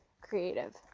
creative